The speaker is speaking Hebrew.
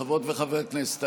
חברות וחברי הכנסת,